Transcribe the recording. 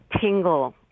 tingle